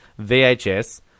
VHS